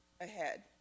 ahead